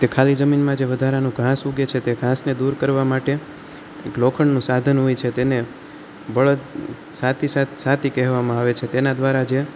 તે ખાલી જમીનમાં જે વધારાનું ઘાસ ઊગે છે તે ઘાસને દૂર કરવા માટે એક લોખંડનું સાધન હોય છે તેને બળદ સાથી સાથી કહેવામાં આવે છે તેના દ્વારા જે